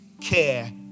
care